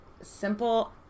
simple